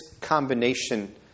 combination